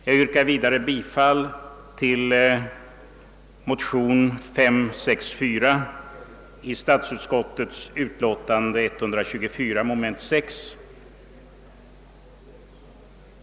Jag yrkar vidare bifall till motion II: 564 som behandlas i statsutskottets utlåtande nr 124, punkt 6.